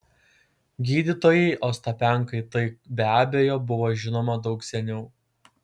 gydytojui ostapenkai tai be abejo buvo žinoma daug seniau